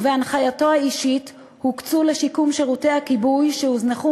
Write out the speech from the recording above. ובהנחייתו האישית הוקצו לשיקום שירותי הכיבוי שהוזנחו